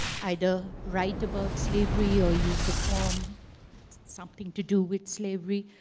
either write about slavery or you perform something to do with slavery,